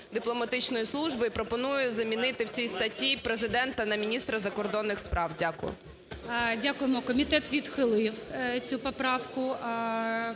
Дякую.